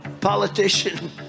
politician